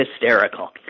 hysterical